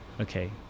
okay